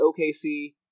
OKC